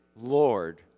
Lord